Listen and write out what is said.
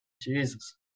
Jesus